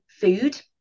food